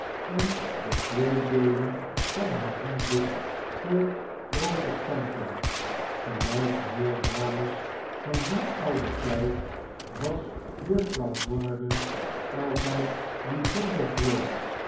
en de twee deelen van het handboek voor protestanten gelijk meer dames van dien ouden tijd was juffrouw varden altijd bijzonder vroom